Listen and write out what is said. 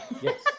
Yes